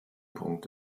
punkt